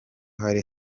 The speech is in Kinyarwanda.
hari